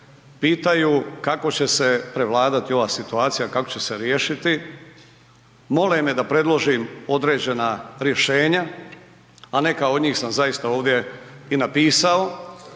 pitaju kako će se prevladati ova situacija, kako će se riješiti, mole me da predložim određena rješenja, a neka od njih sam zaista ovdje i napisao.